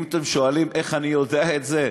אם אתם שואלים איך אני יודע זה,